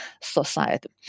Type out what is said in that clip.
society